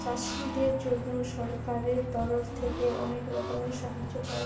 চাষীদের জন্য সরকারের তরফ থেকে অনেক রকমের সাহায্য পায়